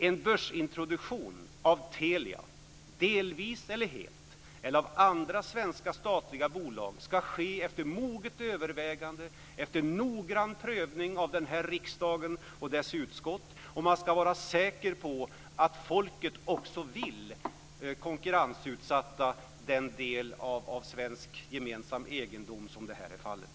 En börsintroduktion av Telia, delvis eller helt, eller av andra svenska statliga bolag, ska ske efter moget övervägande, efter noggrann prövning av riksdagen och dess utskott, och man ska vara säker på att folket också vill konkurrensutsätta den del av svensk gemensam egendom som det här är fallet.